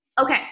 Okay